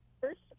First